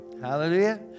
Hallelujah